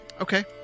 Okay